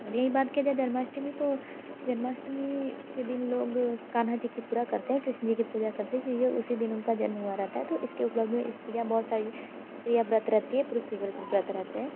रही बात के जो जन्माष्टमी तो जन्माष्टमी के दिन लोग कान्हा जी की पूजा करते हैं कृष्ण जी की पूजा करते हैं क्योंकि उसी दिन उनका जन्म हुआ रहता है तो इसके उपलक्ष में स्त्रियाँ बहुत सारी स्त्रियाँ व्रत रखती हैं पुरुष भी व्रत रखते हैं